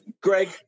Greg